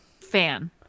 fan